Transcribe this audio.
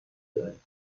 sein